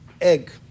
egg